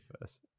first